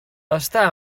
està